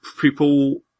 people